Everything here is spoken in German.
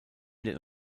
den